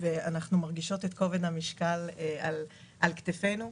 אנחנו מרגישות את כובד המשקל על כתפנו.